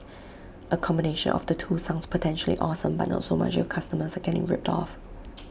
A combination of the two sounds potentially awesome but not so much if customers are getting ripped off